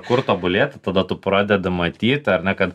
kur tobulėti tada tu pradedi matyt ar ne kad